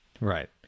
right